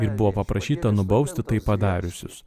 ir buvo paprašyta nubausti tai padariusius